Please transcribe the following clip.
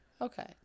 Okay